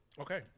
Okay